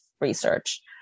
research